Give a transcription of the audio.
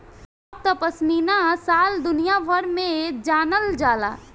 अब त पश्मीना शाल दुनिया भर में जानल जाता